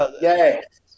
Yes